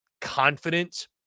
confident